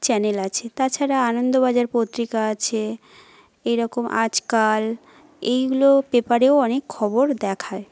channel আছে তাছাড়া আনন্দবাজার পত্রিকা আছে এরকম আজকাল এইগুলো পেপারেও অনেক খবর দেখায়